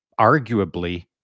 arguably